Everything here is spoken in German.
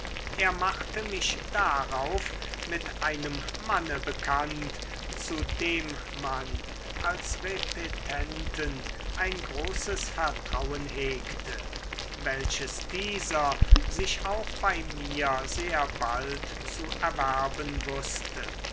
er machte mich darauf mit einem manne bekannt zu dem man als repetenten ein großes vertrauen hegte welches dieser sich auch bei mir sehr bald zu erwerben wußte